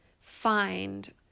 find